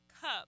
cup